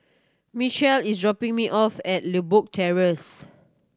Mechelle is dropping me off at Limbok Terrace